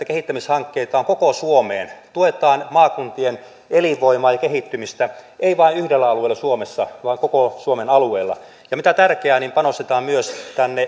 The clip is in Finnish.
kehittämishankkeita on koko suomeen tuetaan maakuntien elinvoimaa ja kehittymistä ei vain yhdellä alueella suomessa vaan koko suomen alueella ja mikä tärkeää panostetaan myös